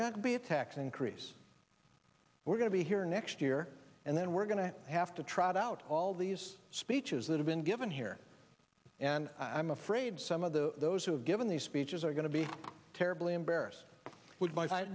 got to be a tax increase we're going to be here next year and then we're going to have to trot out all these speeches that have been given here and i'm afraid some of the those who have given these speeches are going to be terribly embarrassed